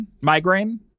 migraine